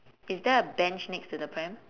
is there a bench next to the pram